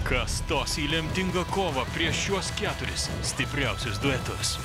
kas stos į lemtingą kovą prieš šiuos keturis stipriausius duetus